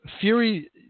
Fury